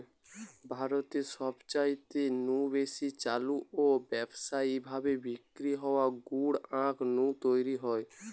ভারতে সবচাইতে নু বেশি চালু ও ব্যাবসায়ী ভাবি বিক্রি হওয়া গুড় আখ নু তৈরি হয়